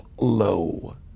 low